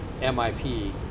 MIP